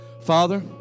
Father